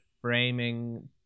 framing